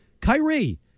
Kyrie